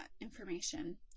information